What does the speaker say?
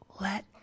let